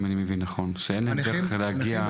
שאין להם איך להגיע.